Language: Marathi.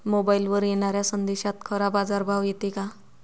मोबाईलवर येनाऱ्या संदेशात खरा बाजारभाव येते का?